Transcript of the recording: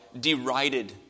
derided